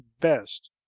best